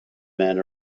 men